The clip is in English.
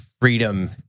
freedom